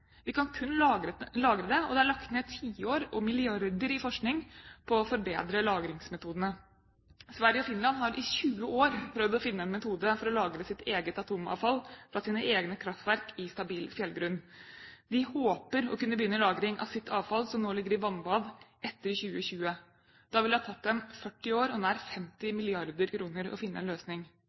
Vi kan kun lagre det, og det er lagt ned tiår og milliarder i forskning på å forbedre lagringsmetodene. Sverige og Finland har i 20 år prøvd å finne en metode for å lagre sitt eget atomavfall fra sine egne kraftverk i stabil fjellgrunn. De håper å kunne begynne lagring av sitt avfall, som nå ligger i vannbad, etter 2020. Da vil det ha tatt dem 40 år og nær 50 mrd. kr å finne en løsning.